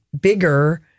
bigger